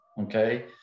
okay